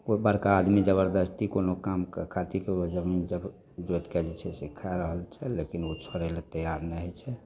केओ बड़का आदमी जबरदस्ती कोनो कामके खातिर केकरो जमीन जोति कऽ जे छै से खाए रहल छै लेकिन ओ छोड़ै लए तैआर नहि होइ छै